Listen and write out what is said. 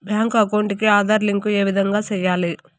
Bank account కి Aadhaar link ఏ విధంగా సెయ్యాలి?